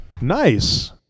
nice